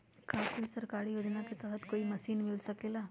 का कोई सरकारी योजना के तहत कोई मशीन मिल सकेला?